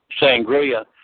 Sangria